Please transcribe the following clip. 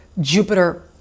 Jupiter